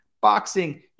boxing